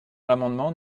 l’amendement